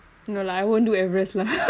no lah I won't do everest lah